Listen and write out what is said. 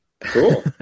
Cool